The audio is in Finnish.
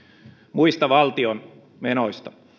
muista valtion menoista